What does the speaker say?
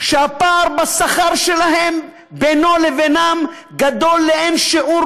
שהפער בשכר בינו לבינם גדול לאין שיעור